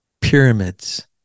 Pyramids